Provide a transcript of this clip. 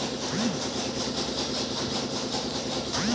यदि मैं न्यूनतम शेष राशि से कम राशि रखूं जो मुझे बनाए रखना चाहिए तो क्या होगा?